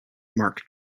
mark